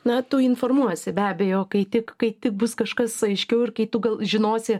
na tu informuosi be abejo kai tik kai tik bus kažkas aiškiau ir kai tu žinosi